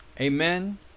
Amen